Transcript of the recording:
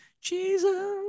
Jesus